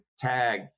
Tag